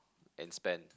and spend